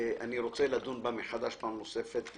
אני רוצה לדון בה מחדש פעם נוספת.